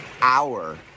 hour